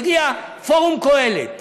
מגיע "פורום קהלת",